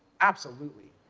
absolutely.